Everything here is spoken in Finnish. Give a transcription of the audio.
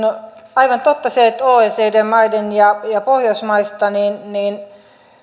aivan totta se että oecd maista ja pohjoismaista